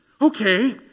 Okay